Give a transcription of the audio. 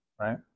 right